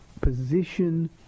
position